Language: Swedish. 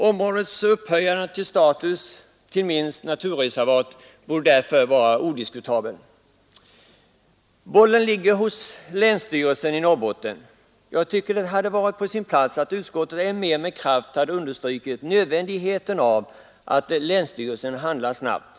Områdets upphöjande till status av mindre naturreservat borde därför vara odiskutabelt. Bollen ligger hos länsstyrelsen i Norrbotten. Jag tycker att det hade varit på sin plats att utskottet med ännu mer kraft hade understrukit nödvändigheten av att länsstyrelsen handlar snabbt.